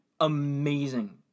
amazing